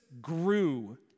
grew